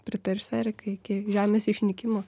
pritarsiu erikai iki žemės išnykimo